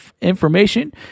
information